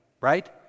right